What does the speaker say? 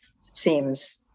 seems